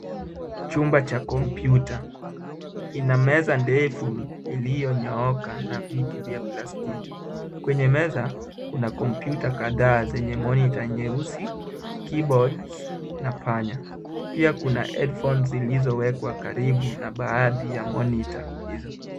Chumba cha kompyuta ina meza ndefu iliyonyooka na viti vya plastiki. Kwenye meza kuna kompyuta kadhaa zenye monitor nyeusi, keyboards na panya. Pia kuna headphones zilizowekwa karibu na baadhi ya monitor hizo.